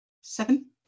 Seven